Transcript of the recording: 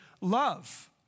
love